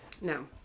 No